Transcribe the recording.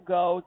go